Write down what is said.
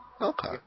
Okay